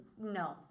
No